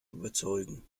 überzeugen